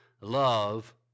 love